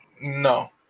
No